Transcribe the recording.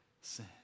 sin